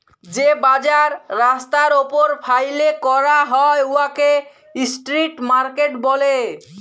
যে বাজার রাস্তার উপর ফ্যাইলে ক্যরা হ্যয় উয়াকে ইস্ট্রিট মার্কেট ব্যলে